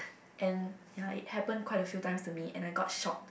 and ya it happened quite a few times to me and I got shocked